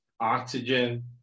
oxygen